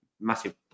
Massive